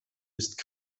ist